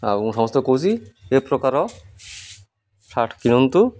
ଆଉ ସମସ୍ତ କହୁଛି ଏ ପ୍ରକାର ସାର୍ଟ୍ କିଣନ୍ତୁ